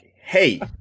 hey